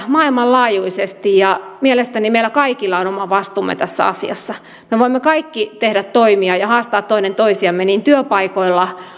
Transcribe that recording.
maailmanlaajuisesti ja mielestäni meillä kaikilla on oma vastuumme tässä asiassa me voimme kaikki tehdä toimia ja haastaa toinen toisiamme niin työpaikoilla